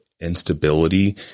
instability